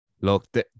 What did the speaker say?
Look